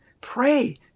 pray